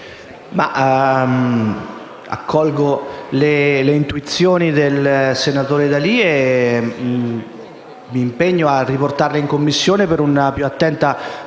accolgo le osservazioni del senatore D'Alì e mi impegno a riportarle in Commissione per una più attenta